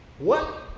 what?